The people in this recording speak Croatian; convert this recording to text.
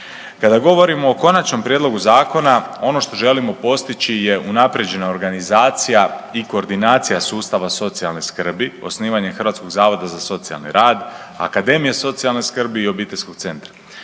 Kada govorimo o konačnom prijedlogu zakona ono što želimo postići je unaprijeđena organizacija i koordinacija sustava socijalne skrbi, osnivanje Hrvatskog zavoda za socijalni rad, akademije socijalne skrbi i obiteljskog centra.